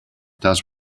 does